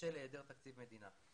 בשל היעדר תקציב מדינה.